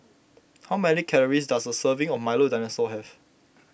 how many calories does a serving of Milo Dinosaur have